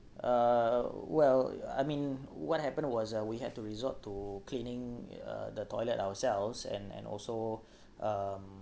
uh well I mean what happened was uh we had to resort to cleaning uh the toilet ourselves and and also um